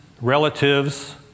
relatives